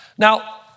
Now